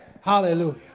Hallelujah